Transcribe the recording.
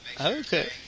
Okay